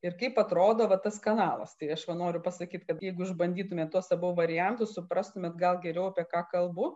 ir kaip atrodo va tas kanalas tai aš va noriu pasakyt kad jeigu išbandytumėt tuos abu variantus suprastumėt gal geriau apie ką kalbu